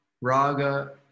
Raga